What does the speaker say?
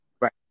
right